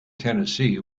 tennessee